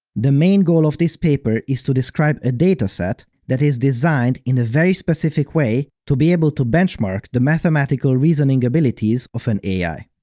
the main goal of this paper is to describe a dataset that is designed in a very specific way to be able to benchmark the mathematical reasoning abilities of an ai.